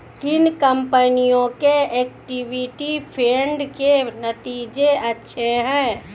किन कंपनियों के इक्विटी फंड के नतीजे अच्छे हैं?